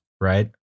right